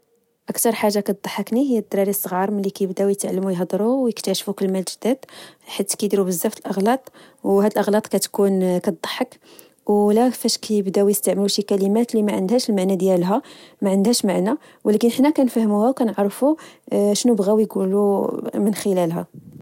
أكتر حاجة كضحكني هي الدراري الصغار ملي كيبدّاو يتعلمو يهضرو وكيكتاشفو كلمات جداد. حيث كديرو بزاف ديال الأغلاط وهاد الأغلاط كتكون كضحك، ولا فاش كبداو يستعملو شي كلمات لمعندهاش لمعنى ديالها، معندهاش معنى ولكن حنا كنفهموها وكنعرفو شنو بغاو يچولو من خلالها